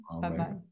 Bye-bye